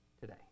today